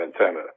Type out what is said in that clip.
antenna